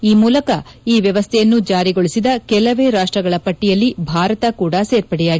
ಈ ಮೂಲಕ ಈ ವ್ಯವಸ್ಥೆಯನ್ನು ಜಾರಿಗೊಳಿಸಿದ ಕೆಲವೇ ರಾಷ್ಟಗಳ ಪಟ್ಟಿಯಲ್ಲಿ ಭಾರತ ಕೂಡ ಸೇರ್ಪಡೆಯಾಗಿದೆ